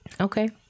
okay